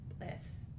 Yes